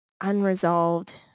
unresolved